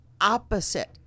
opposite